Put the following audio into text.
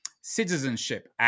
citizenship